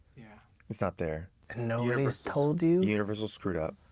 yeah it's not there. and nobody told you. universal screwed up.